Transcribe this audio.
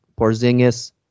Porzingis